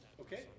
Okay